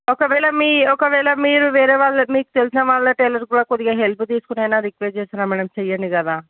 ఒకవేళ మీ ఒకవేళ మీరు వేరేవాళ్ళు మీకు తెలిసిన వాళ్ళు టైలర్ కుడ కొద్దిగా హెల్ప్ తీసుకొని అయిన రిక్వెస్ట్ చేస్తున్నాం మ్యాడం చేయండి కదా